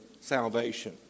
salvation